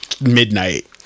midnight